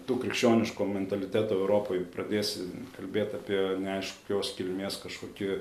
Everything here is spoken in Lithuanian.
tu krikščioniško mentaliteto europoj pradėsi kalbėt apie neaiškios kilmės kažkokį